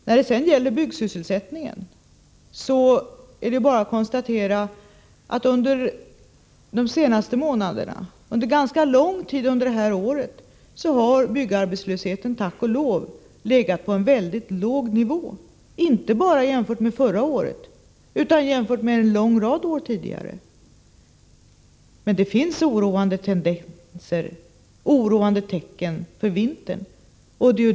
När det gäller byggsysselsättningen kan konstateras att byggarbetslösheten under ganska lång tid i år tack och lov har legat på en mycket låg nivå, inte bara jämfört med förra årets nivå utan även jämfört med nivån under en lång rad år dessförinnan. Men det finns oroande tecken inför denna vinter.